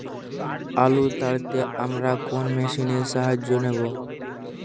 আলু তাড়তে আমরা কোন মেশিনের সাহায্য নেব?